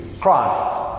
Christ